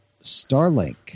starlink